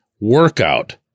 workout